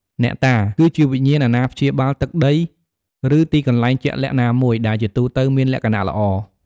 អ្នកតា គឺជាវិញ្ញាណអាណាព្យាបាលទឹកដី ឬទីកន្លែងជាក់លាក់ណាមួយ ដែលជាទូទៅមានលក្ខណៈល្អ។